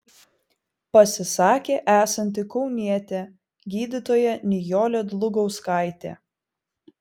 pasisakė esanti kaunietė gydytoja nijolė dlugauskaitė